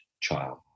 child